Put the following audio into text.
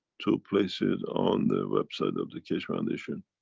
to place it on the website of the keshe foundation.